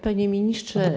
Panie Ministrze!